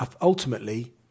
ultimately